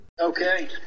Okay